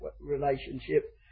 relationship